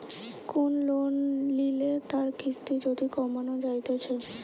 কোন লোন লিলে তার কিস্তি যদি কমানো যাইতেছে